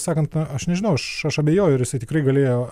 sakant na aš nežinau aš aš abejoju ar jisai tikrai galėjo